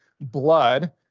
blood